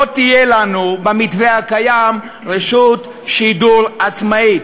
תהיה לנו במתווה הקיים רשות שידור עצמאית.